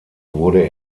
wurde